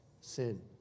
sin